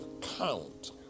count